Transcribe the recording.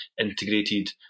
integrated